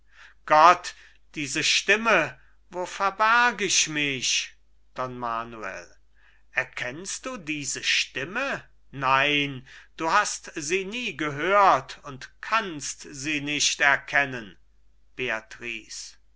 gott diese stimme wo verberg ich mich don manuel erkennst du diese stimme nein du hast sie nie gehört und kannst sie nicht erkennen